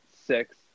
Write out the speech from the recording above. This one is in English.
six